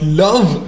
love